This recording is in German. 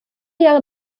jahre